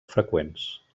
freqüents